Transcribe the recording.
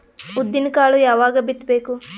ಉದ್ದಿನಕಾಳು ಯಾವಾಗ ಬಿತ್ತು ಬೇಕು?